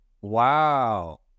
Wow